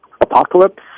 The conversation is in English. apocalypse